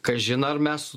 kažin ar mes